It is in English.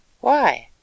Why